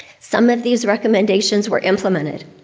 some of these recommendations were implemented.